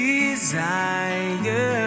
Desire